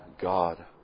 God